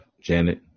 Janet